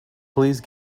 please